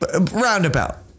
Roundabout